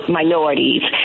minorities